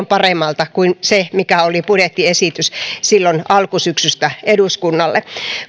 paremmalta kuin se mikä oli budjettiesitys silloin alkusyksystä eduskunnalle